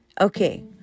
okay